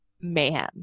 mayhem